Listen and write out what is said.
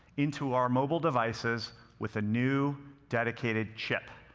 into our mobile devices with a new dedicated chip.